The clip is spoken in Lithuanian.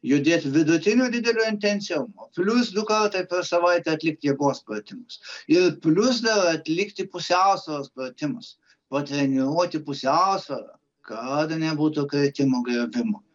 judėt vidutinio didelio intensyvumo plius du kartai per savaitę atlikti jėgos pratimus ir plius dar atlikti pusiausvyros pratimus patreniruoti pusiausvyrą kad nebūtų kritimo griuvimo